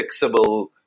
fixable